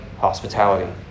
Hospitality